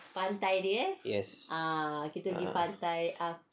yes ah